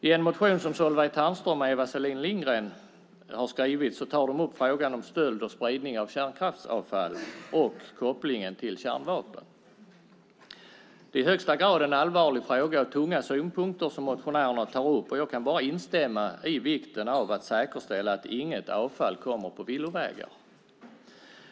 I en motion som Solveig Ternström och Eva Selin Lindgren väckt tar de upp frågan om stöld och spridning av kärnkraftsavfall samt kopplingen till kärnvapen. Det är en i högsta grad allvarlig fråga och tunga synpunkter som motionärerna tar upp, och jag kan bara instämma i vikten av att säkerställa att inget avfall kommer på villovägar.